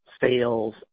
sales